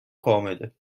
کامله